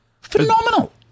Phenomenal